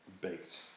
baked